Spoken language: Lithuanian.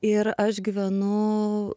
ir aš gyvenu